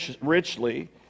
richly